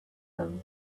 them